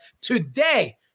today